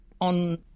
on